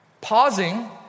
Pausing